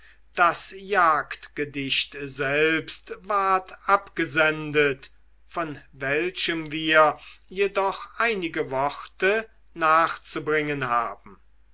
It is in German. das jagdgedicht selbst ward abgesendet von welchem wir jedoch einige worte nachzubringen haben